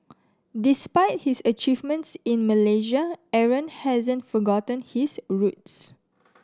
despite his achievements in Malaysia Aaron hasn't forgotten his roots